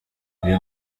uyu